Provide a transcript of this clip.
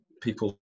people